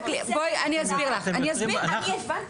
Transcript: לא.